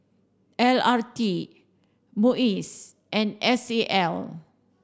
L R T MUIS and S A L